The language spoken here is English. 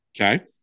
Okay